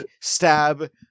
stab